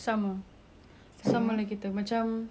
sama-sama lah kita macam